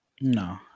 No